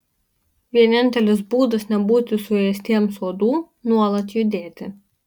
vienintelis būdas nebūti suėstiems uodų nuolat judėti